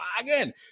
again